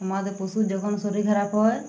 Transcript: আমাদের পশুর যখন শরীর খারাপ হয়